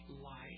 life